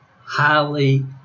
highly